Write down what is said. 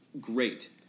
great